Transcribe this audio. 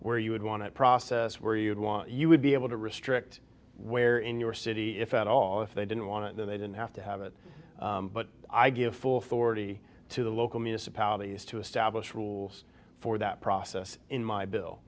where you would want to process where you'd want you would be able to restrict where in your city if at all if they didn't want to then they didn't have to have it but i give full authority to the local municipalities to establish rules for that process in my bill